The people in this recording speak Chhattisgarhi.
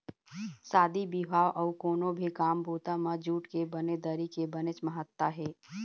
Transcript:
शादी बिहाव अउ कोनो भी काम बूता म जूट के बने दरी के बनेच महत्ता हे